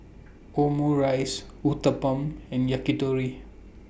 Omurice Uthapam and Yakitori